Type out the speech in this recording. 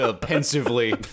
pensively